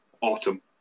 autumn